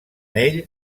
ell